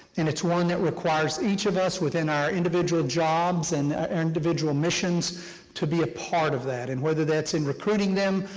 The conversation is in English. and it's one that requires each of us within our individual jobs and individual missions to be a part of that, and whether that's in recruiting them,